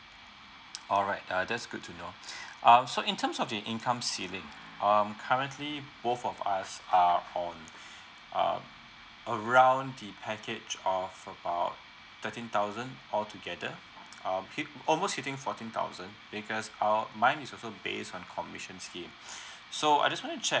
hi alright uh that's good to know um so in terms of the income ceiling um currently both of us are on um around the package of about thirteen thousand all together um hit almost hitting fourteen thousand because uh mine is also base on commission scheme so I just wanted to check